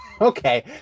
okay